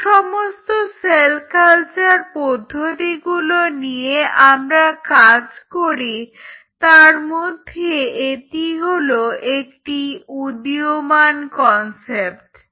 যে সমস্ত cell culture পদ্ধতিগুলো নিয়ে আমরা কাজ করি তারমধ্যে এটি হলো একটি উদীয়মান কনসেপ্ট